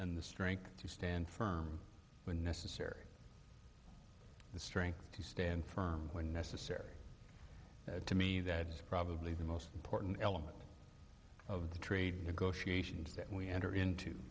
and the strength to stand firm when necessary the strength to stand firm when necessary to me that is probably the most important element of the trade negotiations that we enter into